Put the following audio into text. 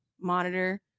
monitor